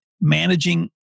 managing